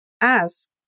ask